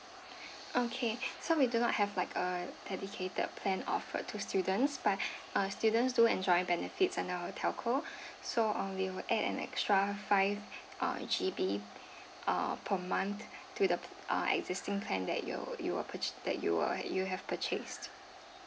okay so we do not have like a dedicated plan offered to students but uh students do enjoy benefits on our telco so um we will add an extra five uh G_B uh per month to the p~ uh existing plan that you you're purch~ that you are you have purchased